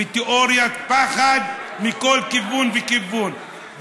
ותיאוריית פחד מכל כיוון וכיוון.